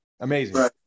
Amazing